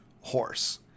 horse